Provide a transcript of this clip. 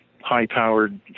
high-powered